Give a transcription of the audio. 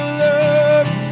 love